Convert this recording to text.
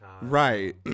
Right